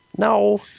No